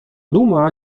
duma